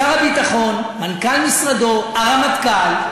שר הביטחון, מנכ"ל משרדו, הרמטכ"ל,